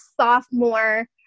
sophomore